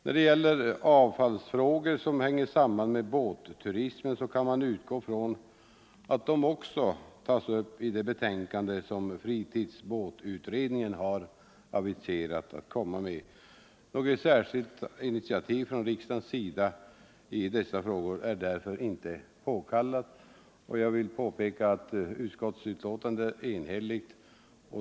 När det gäller de avfallsfrågor som hänger samman med båtturismen kan man utgå från att de också tas upp i det betänkande som fritidsbåtutredningen har aviserat. Något särskilt initiativ från riksdagens sida i dessa frågor är inte påkallat. Jag vill framhålla att utskottsbetänkandet är enhälligt.